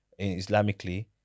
Islamically